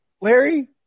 Larry